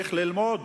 צריך ללמוד